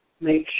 make